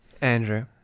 Andrew